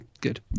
good